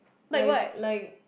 like like